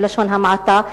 בלשון המעטה,